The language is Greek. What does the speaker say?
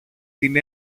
την